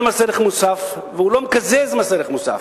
מס ערך מוסף והוא לא מקזז מס ערך מוסף.